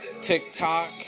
TikTok